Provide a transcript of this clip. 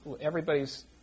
everybody's –